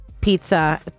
Pizza